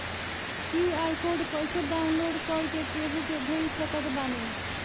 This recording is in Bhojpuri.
क्यू.आर कोड कइसे डाउनलोड कर के केहु के भेज सकत बानी?